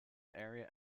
area